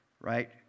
right